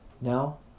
Now